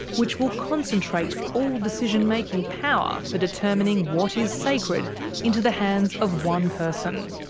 which will concentrate all decision-making power for determining what is sacred into the hands of one person.